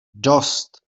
dost